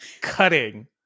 cutting